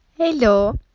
Hello